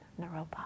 Naropa